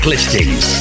Listings